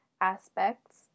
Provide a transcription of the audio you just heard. aspects